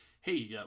hey